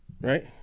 right